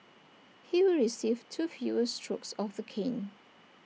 he will receive two fewer strokes of the cane